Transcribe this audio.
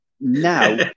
now